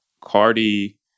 Cardi